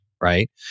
right